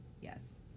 Yes